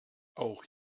auch